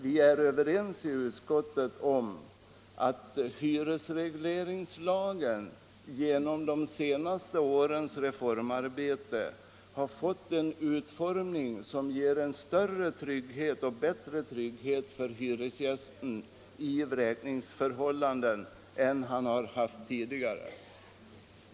Vi är överens i utskottet om att hyresregleringslagen genom de senaste årens reformarbete har fått en utformning, som innebär större trygghet för hyresgästerna i vräkningsförhållanden än de har haft tidigare.